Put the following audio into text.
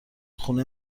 خونه